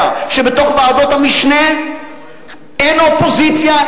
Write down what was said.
שבתוך ועדות המשנה אין אופוזיציה,